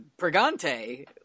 Pregante